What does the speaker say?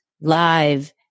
live